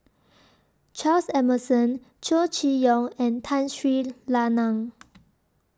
Charles Emmerson Chow Chee Yong and Tun Sri Lanang